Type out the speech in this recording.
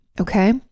Okay